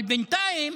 אבל בינתיים